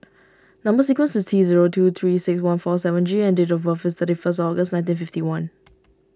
Number Sequence is T zero two three six one four seven G and date of birth is thirty first August nineteen fifty one